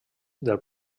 del